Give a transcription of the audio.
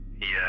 Yes